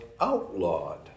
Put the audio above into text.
outlawed